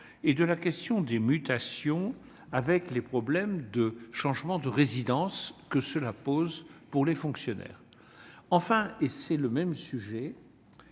et de la question des mutations, avec les problèmes de changement de résidence que cela pose pour les fonctionnaires. Enfin, je veux évoquer